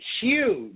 huge